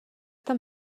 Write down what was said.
tam